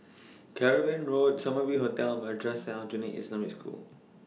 Cavan Road Summer View Hotel Madrasah Aljunied Al Islamic School